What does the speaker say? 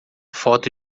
foto